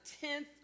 tenth